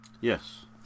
Yes